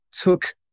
took